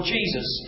Jesus